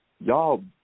Y'all